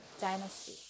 dynasty